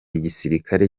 igisirikare